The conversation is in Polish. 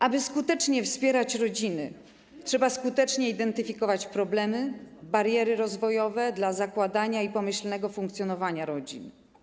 Aby skutecznie wspierać rodziny, trzeba skutecznie identyfikować problemy, bariery rozwojowe, jeśli chodzi o zakładanie i pomyślne funkcjonowanie rodzin.